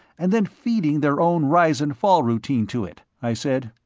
and then feeding their own rise-and-fall routine to it, i said.